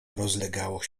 rozlegało